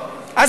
ממש לא.